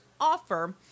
offer